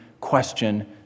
question